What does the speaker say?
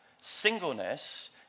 singleness